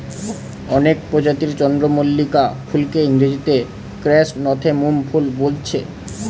অনেক প্রজাতির চন্দ্রমল্লিকা ফুলকে ইংরেজিতে ক্র্যাসনথেমুম ফুল বোলছে